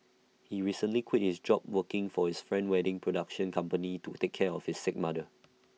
he recently quit his job working for his friend wedding production company to take care of his sick mother